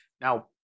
Now